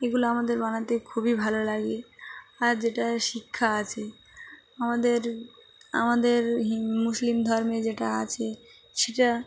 এগুলো আমাদের বানাতে খুবই ভালো লাগে আর যেটা শিক্ষা আছে আমাদের আমাদের মুসলিম ধর্মে যেটা আছে সেটা